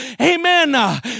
amen